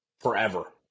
forever